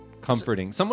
comforting